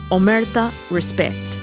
omerta, respect.